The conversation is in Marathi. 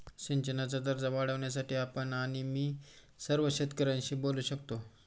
सिंचनाचा दर्जा वाढवण्यासाठी आपण आणि मी सर्व शेतकऱ्यांशी बोलू शकतो